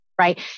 Right